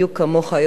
בדיוק כמוך,